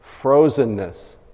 frozenness